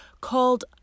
called